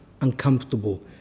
Uncomfortable